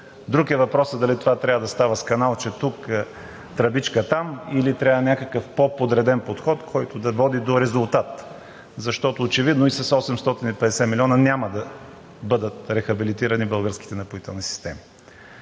Друг е въпросът дали това трябва да става с каналче тук, тръбичка там, или трябва някакъв по-подреден подход, който да води до резултат, защото очевидно и с 850 млн. лв. няма да бъдат рехабилитирани българските напоителни системи.